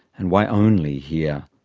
and why only here?